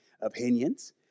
opinions